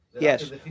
yes